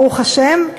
ברוך השם.